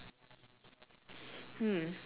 hmm